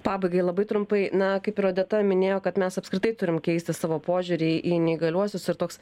pabaigai labai trumpai na kaip ir odeta minėjo kad mes apskritai turim keisti savo požiūrį į neįgaliuosius ir toks